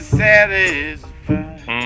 satisfied